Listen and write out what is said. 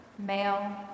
male